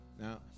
Now